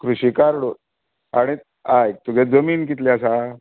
क्रिशीं card आडे आयक तुगें जमीन कितली आसा